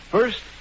First